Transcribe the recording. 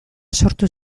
sortu